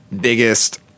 biggest